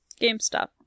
GameStop